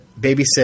babysit